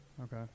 okay